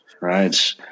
Right